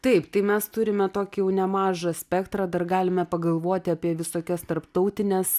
taip tai mes turime tokį jau nemažą spektrą dar galime pagalvoti apie visokias tarptautines